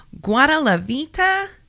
guadalavita